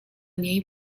niej